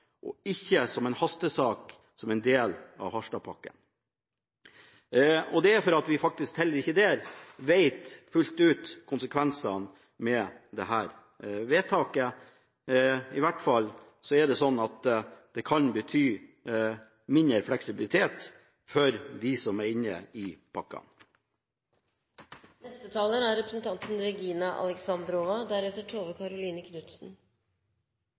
og ikke som en hastesak som en del av Harstadpakken, fordi vi faktisk heller ikke der vet fullt ut konsekvensene av dette vedtaket. I hvert fall kan det bety mindre fleksibilitet for dem som er inne i pakken. Sammen med representantene Gudmundsen og Korsberg fra Troms vil jeg overbringe en stor hilsen fra Harstad-regionen til regjeringen og Stortinget for det gode arbeidet som er